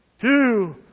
two